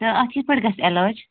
اتھ کِتھ پٲٹھۍ گَژھِ علاج